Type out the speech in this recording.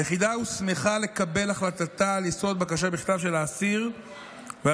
היחידה הוסמכה לקבל את החלטתה על יסוד בקשה בכתב של האסיר ועל